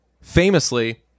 Famously